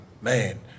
man